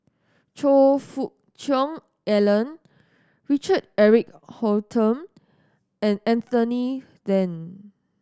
Choe Fook Cheong Alan Richard Eric Holttum and Anthony Then